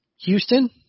Houston